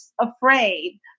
afraid